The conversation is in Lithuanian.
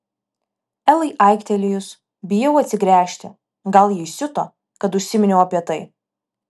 elai aiktelėjus bijau atsigręžti gal ji įsiuto kad užsiminiau apie tai